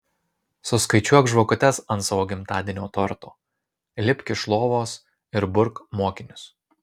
suskaičiuok žvakutes ant savo gimtadienio torto lipk iš lovos ir burk mokinius